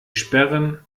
sperren